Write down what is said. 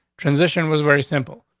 transition was very simple.